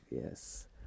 Yes